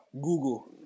Google